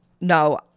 No